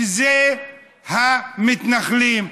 שזה המתנחלים.